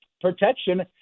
protection